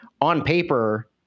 on-paper